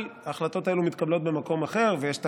אבל ההחלטות האלה מתקבלות במקום אחר, ויש תקנון,